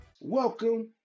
Welcome